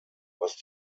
was